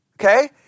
okay